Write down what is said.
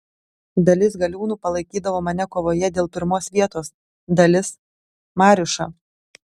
dalis galiūnų palaikydavo mane kovoje dėl pirmos vietos dalis mariušą